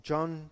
John